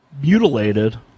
mutilated